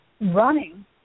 running